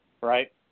right